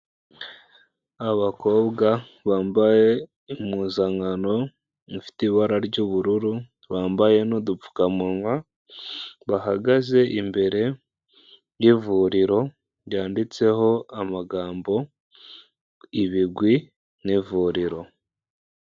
Abakobwa bambaye impuzankano ifite ibara ry'ubururu bambaye n'udupfukamunwa, bahagaze imbere y'ivuriro ryanditseho amagambo ibigwi n'ivuriro.